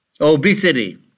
Obesity